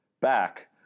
back